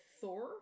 Thor